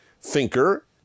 thinker